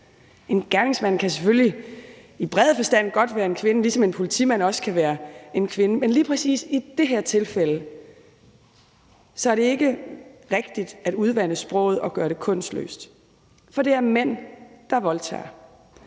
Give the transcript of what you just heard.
En gerningsmand kan selvfølgelig i bredere forstand godt være en kvinde, ligesom en politimand også kan være en kvinde, men lige præcis i det her tilfælde, er det ikke rigtigt at udvande sproget og gøre det kønsløst, for det er mænd, der voldtager.